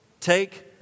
Take